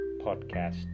podcast